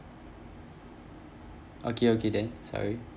okay okay then sorry